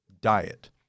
diet